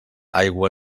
aigua